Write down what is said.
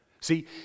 See